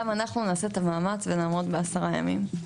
גם אנחנו נעשה את המאמץ ונעמוד ב-10 ימים.